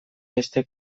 beste